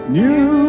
new